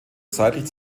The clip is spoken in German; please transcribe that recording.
seitlich